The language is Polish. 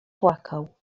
płakał